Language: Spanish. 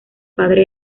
padre